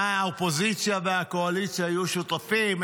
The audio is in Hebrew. שהאופוזיציה והקואליציה יהיו שותפים,